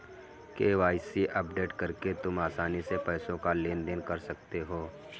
KYC update करके तुम आसानी से पैसों का लेन देन कर सकते हो